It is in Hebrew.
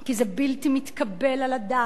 כי בלתי-מתקבל על הדעת,